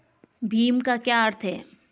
भीम का क्या अर्थ है?